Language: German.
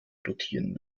rotieren